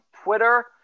Twitter